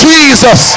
Jesus